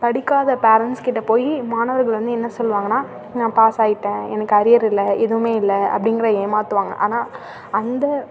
படிக்காத பேரண்ட்ஸ் கிட்டே போய் மாணவர்கள் வந்து என்ன சொல்வாங்கன்னா நான் பாஸ் ஆகிட்டேன் எனக்கு அரியர் இல்லை எதுவும் இல்லை அப்படிங்கிற ஏமாற்றுவாங்க ஆனால் அந்த